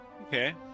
Okay